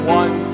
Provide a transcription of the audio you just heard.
one